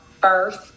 first